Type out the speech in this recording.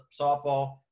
softball